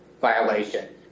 violation